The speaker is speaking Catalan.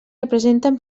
representen